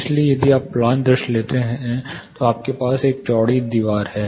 इसलिए यदि आप प्लान दृश्य लेते हैं तो आपके पास एक चौड़ी दीवार है